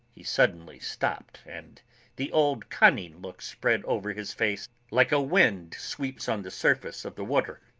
he suddenly stopped and the old cunning look spread over his face, like a wind-sweep on the surface of the water.